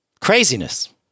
Craziness